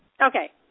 Okay